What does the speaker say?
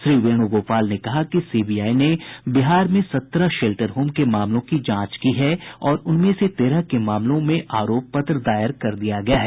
श्री वेणुगोपाल ने कहा कि सीबीआई ने बिहार में सत्रह शेल्टर होम के मामलों की जांच की है और उनमें से तेरह के मामलों में आरोप पत्र दायर कर दिया गया है